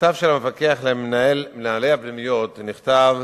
המכתב של המפקח למנהלי הפנימיות נכתב